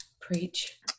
Preach